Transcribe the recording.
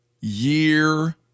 year